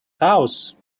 house